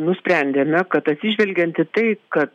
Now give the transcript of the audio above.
nusprendėme kad atsižvelgiant į tai kad